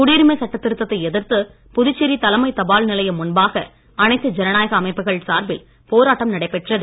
குடியுரிமை சட்ட திருத்தத்தை எதிர்த்து புதுச்சேரி தலைமை தபால் நிலையம் முன்பாக அனைத்து ஜனநாயக அமைப்புகள் சார்பில் போராட்டம் நடைபெற்றது